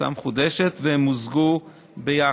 הצעה מחודשת, והן מוזגו ביחד.